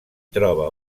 troba